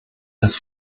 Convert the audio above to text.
las